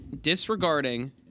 disregarding